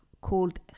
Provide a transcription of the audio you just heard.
called